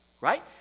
right